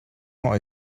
more